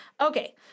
Okay